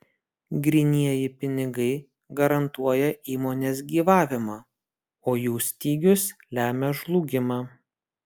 grynieji pinigai garantuoja įmonės gyvavimą o jų stygius lemia žlugimą